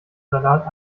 salat